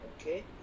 Okay